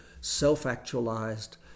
self-actualized